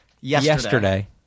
yesterday